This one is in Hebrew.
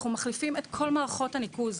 אנחנו מחליפים את כול מערכות הניקוז,